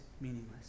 meaningless